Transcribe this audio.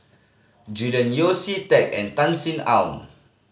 Julian Yeo See Teck and Tan Sin Aun